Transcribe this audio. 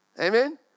amen